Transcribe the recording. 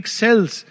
cells